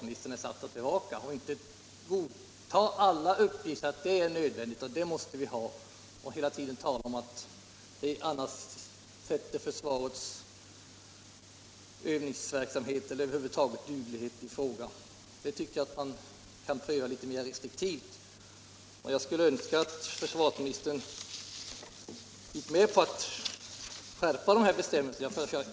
Han bör alltså inte godta uppgifter om vad som är nödvändigt och om vad militären måste ha för att inte försvarets duglighet skall sättas i fråga. Jag tycker att sådana önskemål borde prövas litet mer restriktivt. Jag skulle önska att försvarsministern gick med på kravet att skärpa dessa bestämmelser.